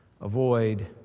Avoid